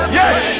yes